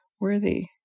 worthy